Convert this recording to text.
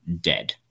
dead